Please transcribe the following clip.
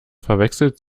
verwechselt